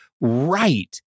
right